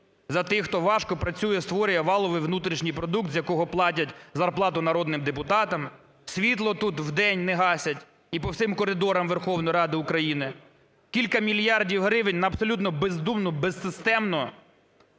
за тих, хто важко працює, створює валовий внутрішній продукт, з якого платять зарплату народним депутатам, світло тут в день не гасять і по всім коридорам Верховної Ради України. Кілька мільярдів гривень на абсолютно бездумну, безсистемну